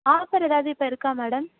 offer எதாவது இப்போ இருக்கா மேடம்